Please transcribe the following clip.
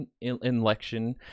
election